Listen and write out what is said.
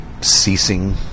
ceasing